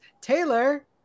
Taylor